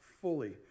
fully